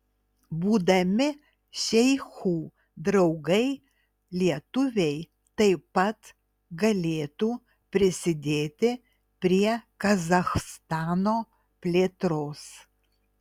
būdami šeichų draugai lietuviai taip pat galėtų prisidėti prie kazachstano plėtros